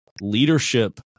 leadership